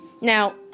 Now